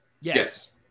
Yes